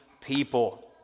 people